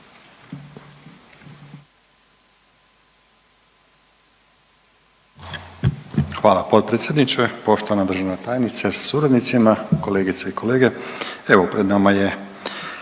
Hvala potpredsjedniče. Poštovana državna tajnice sa suradnicima, kolegice i kolege, evo pred nama je